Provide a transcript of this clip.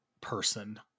person